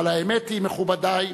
אבל האמת היא, מכובדי,